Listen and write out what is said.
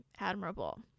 admirable